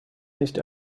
nicht